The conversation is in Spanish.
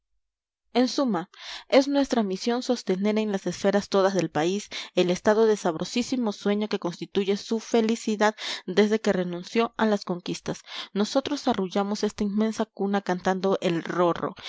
en suma es nuestra misión sostener en las esferas todas del país el estado de sabrosísimo sueño que constituye su felicidad desde que renunció a las conquistas nosotros arrullamos esta inmensa cuna cantando el ro ro